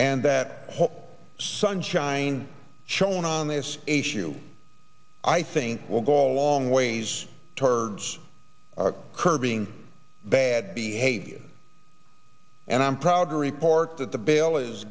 and that whole sunshine shown on this issue i think will go a long ways towards curbing bad behavior and i'm proud to report that the bill is